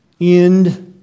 end